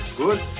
good